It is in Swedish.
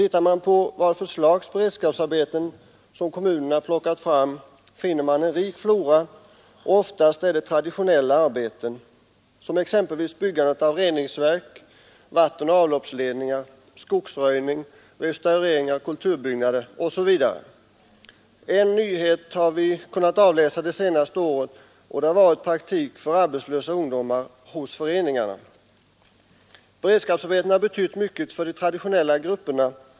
Ser man på vad för slags beredskapsarbeten kommunerna har plockat fram, finner man en rik flora, men oftast är det traditionella arbeten, såsom exempelvis byggandet av reningsverk, vattenoch avloppsledningar, skogsröjning, restaurering av kulturbyggnader osv. En nyhet har under det senaste året kunnat avläsas; det har varit praktik för arbetslösa ungdomar hos föreningarna. Beredskapsarbetena har betytt mycket för de traditionella grupperna.